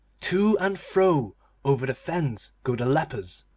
to and fro over the fens go the lepers,